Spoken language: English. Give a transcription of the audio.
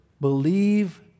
Believe